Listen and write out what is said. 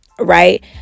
right